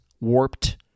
warped